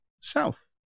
south